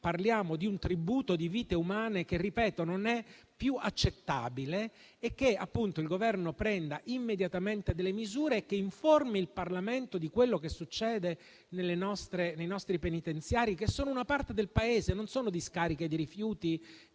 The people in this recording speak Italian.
parliamo di un tributo di vite umane che - ripeto - non è più accettabile, e prenda immediatamente delle misure. Deve poi informare il Parlamento di quello che succede nei nostri penitenziari, che sono una parte del Paese e non discariche di rifiuti,